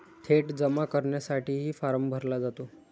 थेट जमा करण्यासाठीही फॉर्म भरला जातो